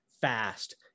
fast